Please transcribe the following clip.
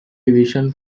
division